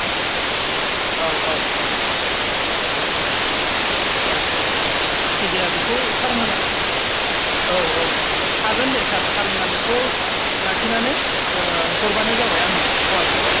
औ औ औ औ औ जिखि जाया बेखौ सारमोनहा औ औ हागोन दे सार सारमोनहा बेखौ लाखिनानै हरबानो जाबाय आंनो अवादसाबाव